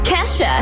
Kesha